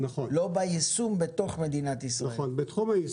לא ביישום בתוך מדינת ישראל.